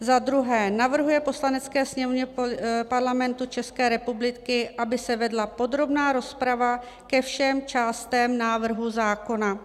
II. navrhuje Poslanecké sněmovně Parlamentu České republiky, aby se vedla podrobná rozprava ke všem částem návrhu zákona;